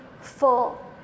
Full